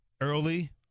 early